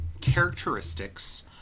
Characteristics